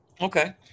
Okay